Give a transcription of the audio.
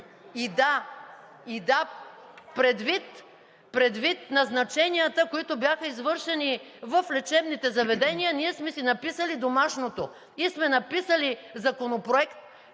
И да, предвид назначенията, които бяха извършени в лечебните заведения, ние сме си написали домашното и сме написали законопроект,